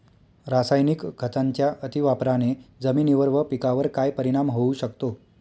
रासायनिक खतांच्या अतिवापराने जमिनीवर व पिकावर काय परिणाम होऊ शकतो?